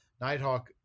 Nighthawk